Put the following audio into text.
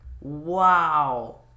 Wow